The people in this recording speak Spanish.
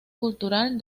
cultural